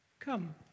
Come